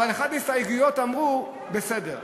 באחת מההסתייגויות אמרו: בסדר,